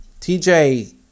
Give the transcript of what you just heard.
TJ